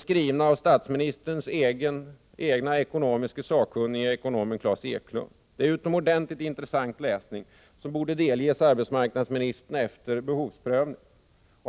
skrivna av statsministerns egen ekonomiska sakkunnige, ekonomen Klas Eklund. Det är utomordentligt intressant läsning som borde delges arbetsmarknadsministern efter behovsprövning.